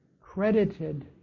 credited